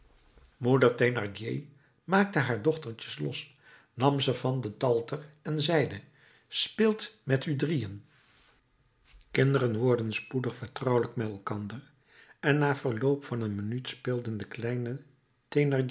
maakte haar dochtertjes los nam ze van den talter en zeide speelt met u drieën kinderen worden spoedig vertrouwelijk met elkander en na verloop van een minuut speelden de kleine